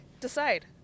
decide